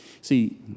See